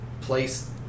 place